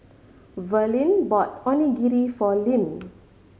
Verlin bought Onigiri for Lim